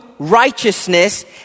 Righteousness